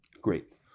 Great